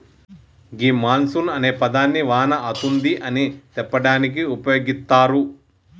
గీ monsoon అనే పదాన్ని వాన అతుంది అని సెప్పడానికి ఉపయోగిత్తారు